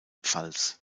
pfalz